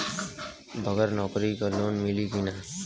बगर नौकरी क लोन मिली कि ना?